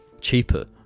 Cheaper